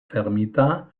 fermita